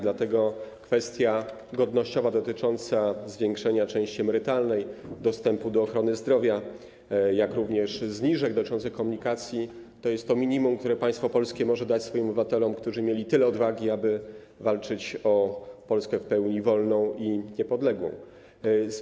Dlatego kwestia godnościowa dotycząca zwiększenia części emerytalnej, dostępu do ochrony zdrowia, jak również zniżek w komunikacji jest tym minimum, które państwo polskie może dać swoim obywatelom, którzy mieli tyle odwagi, aby walczyć o Polskę w pełni wolną i niepodległą.